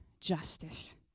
justice